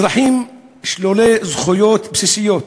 אזרחים שלולי זכויות בסיסיות.